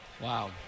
Wow